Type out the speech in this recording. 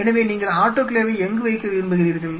எனவே நீங்கள் ஆட்டோகிளேவை எங்கு வைக்க விரும்புகிறீர்கள்